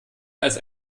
als